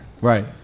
right